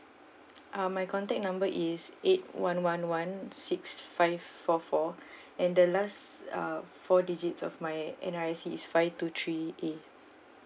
uh my contact number is eight one one one six five four four and the last uh four digits of my N_R_I_C is five two three A